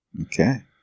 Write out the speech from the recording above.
Okay